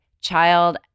child